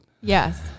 Yes